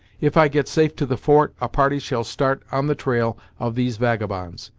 if i get safe to the fort, a party shall start on the trail of these vagabonds,